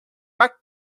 back